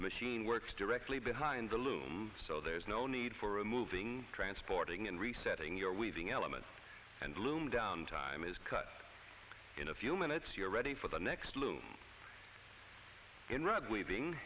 the machine works directly behind the loom so there's no need for a moving transporting and resetting your weaving element and loom down time is cut in a few minutes you're ready for the next loom